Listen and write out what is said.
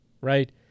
right